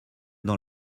dans